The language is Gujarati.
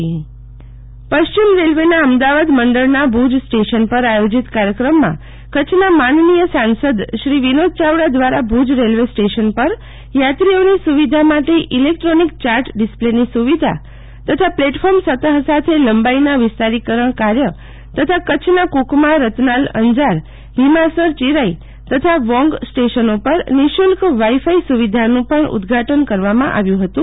શીતલ વૈષ્ણવ ભુજ સ્ટેશન પર સુવિધા પશ્ચિમ રેલવેના અમદાવાદ મંડળના ભુજ સ્ટેશન પર આયોજીત કાર્યક્રમમાં કચ્છના માનનીય સાંસદ શ્રી વિનોદ ચાવડા દ્વારા ભુજ રેલવે સ્ટેશન પર થાત્રિયોની સુવિધા માટે ઇલેક્ટ્રોનિક ચાર્ટડિસ્પ્લેની સુવિધા તથા પ્લેટફોર્મ સતફ સાથે લંબાઇના વિસ્તારીકરણ કાર્ય તથા કચ્છના કુકમા રતનાલ અંજાર ભીમાસર ચિરાઈ તથા વોંધ સ્ટેશનો પર નિઃશુલ્ક વાઈ ફાઈ સુવિધાનું પણ ઉદ્વાટન કરવામાં આવ્યુ હતું